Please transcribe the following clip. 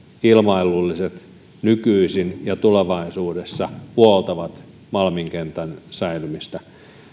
ilmailulliset syyt nykyisin ja tulevaisuudessa puoltavat malmin kentän säilymistä